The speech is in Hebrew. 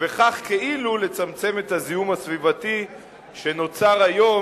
ובכך כאילו לצמצם את הזיהום הסביבתי שנוצר היום